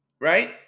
Right